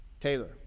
Taylor